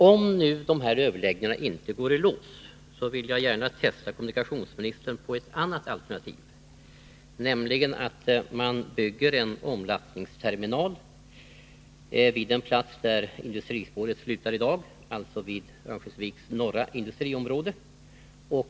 Om överläggningarna inte går i lås, vill jag fästa kommunikationsministerns uppmärksamhet på ett annat alternativ, som innebär att man bygger en omlastningsterminal vid den plats där industrispåret slutar i dag, dvs. vid Örnsköldsviks norra industriområde.